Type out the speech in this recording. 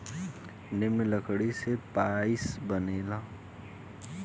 निमन लकड़ी से पालाइ बनेला